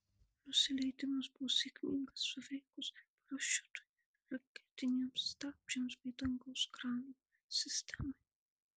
nusileidimas buvo sėkmingas suveikus parašiutui raketiniams stabdžiams bei dangaus krano sistemai